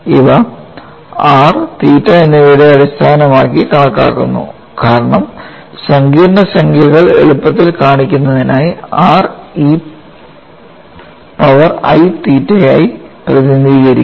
ഇവ r theta എന്നിവയുടെ അടിസ്ഥാനമാക്കി കണക്കാക്കുന്നു കാരണം സങ്കീർണ്ണ സംഖ്യകൾ എളുപ്പത്തിൽ കാണിക്കുന്നതിനായി r e പവർ i തീറ്റയായി പ്രതിനിധീകരിക്കുന്നു